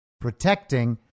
protecting